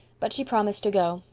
but she promised to go,